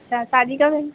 अच्छा शादी कब है